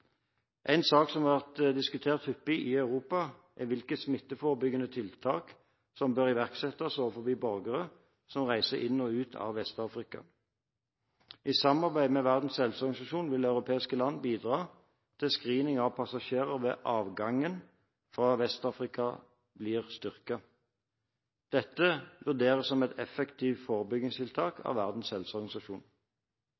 En sak som har vært diskutert hyppig i Europa, er hvilke smitteforebyggende tiltak som bør iverksettes overfor borgere som reiser inn i og ut av Vest-Afrika. I samarbeid med Verdens helseorganisasjon vil europeiske land bidra til at screening av passasjerer ved avgang fra Vest-Afrika blir styrket. Dette vurderes som et effektivt forebyggingstiltak